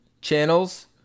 channels